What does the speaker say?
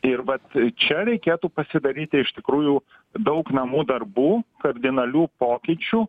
ir vat čia reikėtų pasidaryti iš tikrųjų daug namų darbų kardinalių pokyčių